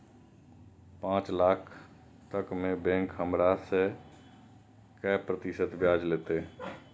पाँच लाख तक में बैंक हमरा से काय प्रतिशत ब्याज लेते?